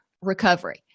Recovery